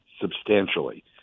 substantially